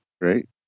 Right